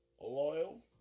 loyal